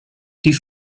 die